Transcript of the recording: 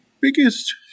biggest